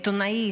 עיתונאי,